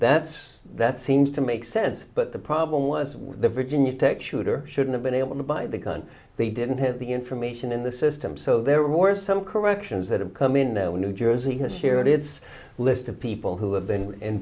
that's that seems to make sense but the problem was the virginia tech shooter should have been able to buy the gun they didn't have the information in the system so there were some corrections that have come in now new jersey has shared its list of people who have been in